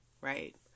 right